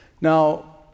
Now